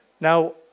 Now